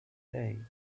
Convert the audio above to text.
day